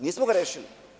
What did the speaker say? Nismo ga rešili.